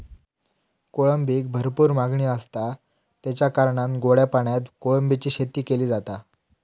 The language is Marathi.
कोळंबीक भरपूर मागणी आसता, तेच्या कारणान गोड्या पाण्यात कोळंबीची शेती केली जाता